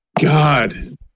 God